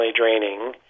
draining